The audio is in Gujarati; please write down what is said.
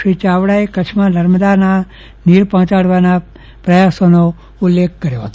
શ્રી ચાવડાએ કચ્છમાં નર્મદાના નીર પહોંચાવાડાના પ્રયાસોનો ઉલ્લેખ કર્યો હતો